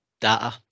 data